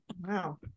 Wow